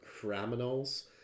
criminals